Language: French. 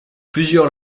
plusieurs